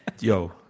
Yo